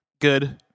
Good